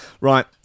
Right